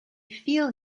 feel